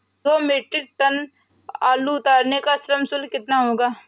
दो metric tonne आलू उतारने का श्रम शुल्क कितना होगा?